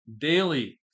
daily